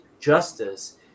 justice